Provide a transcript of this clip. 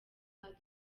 donald